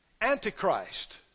Antichrist